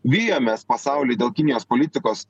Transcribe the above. vijomės pasaulį dėl kinijos politikos